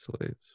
slaves